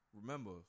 Remember